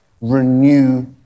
renew